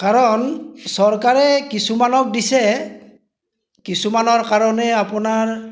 কাৰণ চৰকাৰে কিছুমানক দিছে কিছুমানৰ কাৰণে আপোনাৰ